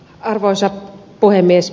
arvoisa puhemies